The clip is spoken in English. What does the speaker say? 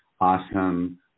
awesome